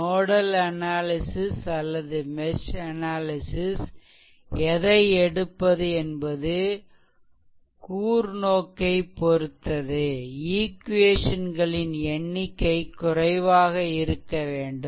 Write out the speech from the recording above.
nodal analysis அல்லது mesh analysis எதை எடுப்பது என்பது கூர்நோக்கை பொருத்தது ஈக்வேஷன் களின் எண்ணிக்கை குறைவாக இருக்க வேண்டும்